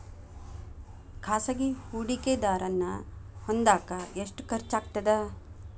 ಖಾಸಗಿ ಹೂಡಕೆದಾರನ್ನ ಹೊಂದಾಕ ಎಷ್ಟ ಖರ್ಚಾಗತ್ತ